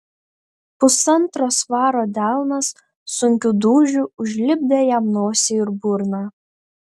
pusantro svaro delnas sunkiu dūžiu užlipdė jam nosį ir burną